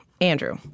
Andrew